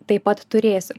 taip pat turėsiu